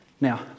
Now